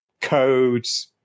codes